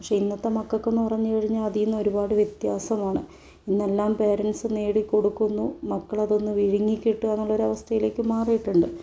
പക്ഷേ ഇന്നത്തെ മക്കൾക്കെന്നു പറഞ്ഞു കഴിഞ്ഞാൽ അതിൽ നിന്ന് ഒരുപാട് വ്യത്യാസമാണ് ഇന്നെല്ലാം പാരെൻ്റ്സ് നേടികൊടുക്കുന്നു മക്കൾ അതൊന്നു വിഴുങ്ങി കിട്ടുക എന്നൊരു അവസ്ഥയിലേക്കു മാറിയിട്ടുണ്ട്